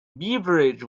beverage